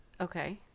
Okay